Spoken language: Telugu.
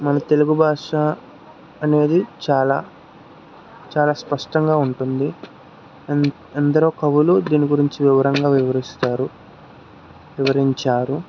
మన తెలుగు భాష అనేది చాలా చాలా స్పష్టంగా ఉంటుంది ఎన్ ఎందరో కవులు దీనిగురించి వివరంగా వివరిస్తారు వివరించారు